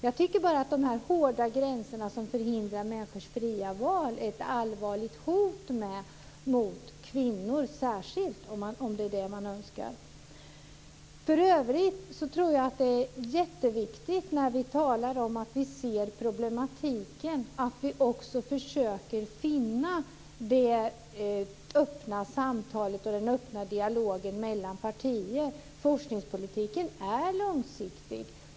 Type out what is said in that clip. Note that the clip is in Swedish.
Jag tycker att dessa hårda gränser som förhindrar människors fria val är ett allvarligt hot särskilt mot kvinnor. För övrigt tror jag att det är jätteviktigt att vi försöker finna det öppna samtalet och den öppna dialogen mellan partier när vi talar om att vi ser problemen. Forskningspolitiken är långsiktig.